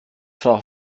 frau